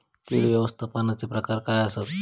कीड व्यवस्थापनाचे प्रकार काय आसत?